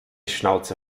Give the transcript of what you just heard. schnauze